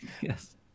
Yes